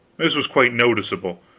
this was quite noticeable.